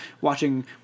watching